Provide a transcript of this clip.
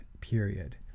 period